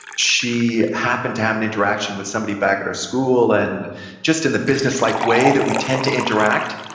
she happened to have an interaction with somebody back at our school. and just in the businesslike way that we tend to interact,